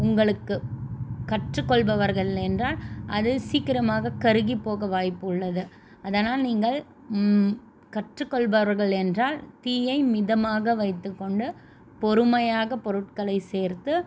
உங்களுக்கு கற்றுக்கொள்பவர்கள் என்றால் அது சீக்கிரமாக கருகிப்போக வாய்ப்புள்ளது அதனால் நீங்கள் கற்றுக்கொள்பவர்கள் என்றால் தீயை மிதமாக வைத்துக்கொண்டு பொறுமையாக பொருட்களை சேர்த்து